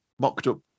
mocked-up